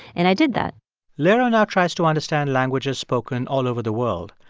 and i did that lera now tries to understand languages spoken all over the world.